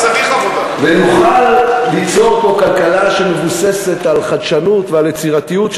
ונוכל ליצור פה כלכלה שמבוססת על חדשנות ועל יצירתיות,